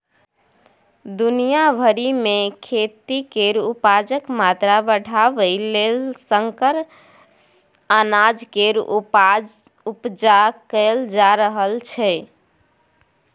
दुनिया भरि मे खेती केर उपजाक मात्रा बढ़ाबय लेल संकर अनाज केर उपजा कएल जा रहल छै